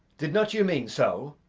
did not you mean so?